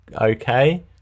okay